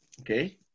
Okay